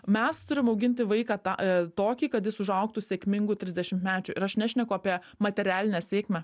mes turim auginti vaiką tą tokį kad jis užaugtų sėkmingu trisdešimtmečiu ir aš nešneku apie materialinę sėkmę